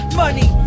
money